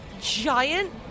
giant